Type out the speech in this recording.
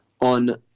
on